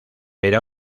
pero